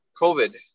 covid